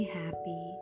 happy